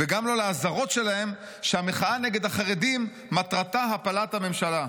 וגם לא לאזהרות שלהם שהמחאה נגד החרדים מטרתה הפלת הממשלה.